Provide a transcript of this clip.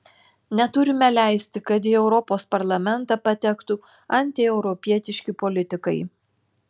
neturime leisti kad į europos parlamentą patektų antieuropietiški politikai